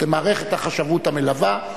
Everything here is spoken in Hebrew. את מערכת החשבות המלווה,